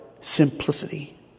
simplicity